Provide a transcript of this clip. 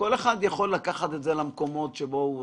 כל אחד יכול לקחת את זה למקומות שהוא רוצה.